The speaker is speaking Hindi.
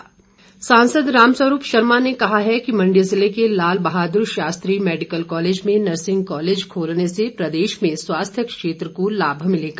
राम स्वरूप सांसद राम स्वरूप शर्मा ने कहा है कि मंडी जिले के लाल बहादुर शास्त्री मैडिकल कॉलेज में नर्सिंग कॉलेज खोलने से प्रदेश में स्वास्थ्य क्षेत्र को लाभ मिलेगा